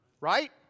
Right